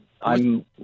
I'm-